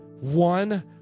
one